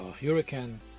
hurricane